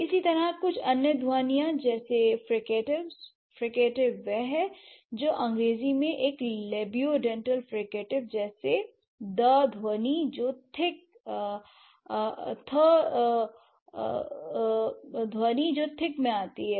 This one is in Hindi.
इसी तरह कुछ अन्य ध्वनियाँ जैसे फ्रिकिटिव्स फ्रिकेटिव वह है जो अंग्रेजी में एक लबयू डेंटल फ्रीकेटिव जैसे ð ध्वनि जो थिक में आती है